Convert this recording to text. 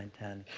ten,